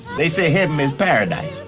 they see him in paradise.